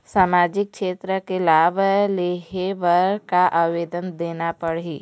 सामाजिक क्षेत्र के लाभ लेहे बर का आवेदन करना पड़ही?